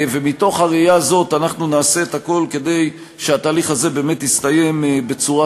ומתוך הראייה הזאת אנחנו נעשה את הכול כדי שהתהליך הזה באמת יסתיים בצורה